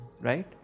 right